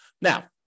now